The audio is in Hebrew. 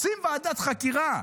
רוצים ועדת חקירה,